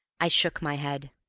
i shook my head.